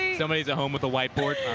somebody is at home with a whiteboard.